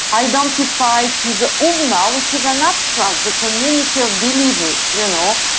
identify to the ummah which is an abstract, the community of believers, you and know,